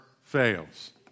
fails